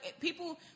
people